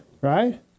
Right